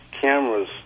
cameras